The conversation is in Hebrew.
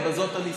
ובזאת אני אסיים,